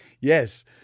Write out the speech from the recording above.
Yes